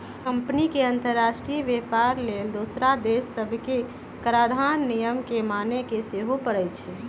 company के अंतरराष्ट्रीय व्यापार लेल दोसर देश सभके कराधान नियम के माने के सेहो परै छै